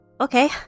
Okay